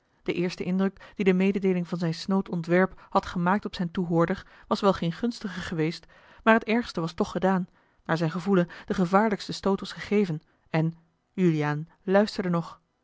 de eerste indruk die de mededeeling van zijn snood ontwerp had gemaakt op zijn toehoorder was wel geen gunstige geweest maar het ergste was toch gedaan naar zijn gevoelen de gevaarlijkste stoot was gegeven en juliaan luisterde nog